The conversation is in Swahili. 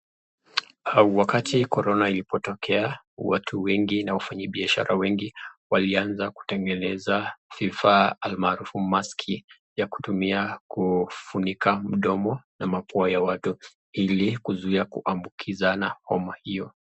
Wakati korona ilipotokea, watu wengi na wafanyi biashara wengi walianza kutengeneza vifaa almaarufu maski ya kutumia kufunika mdomo na mapua ya watu, ili kuzuia kuambukizana homa hiyo.